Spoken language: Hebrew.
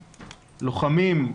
לוחמים,